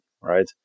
right